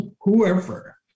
whoever